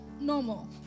normal